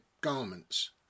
garments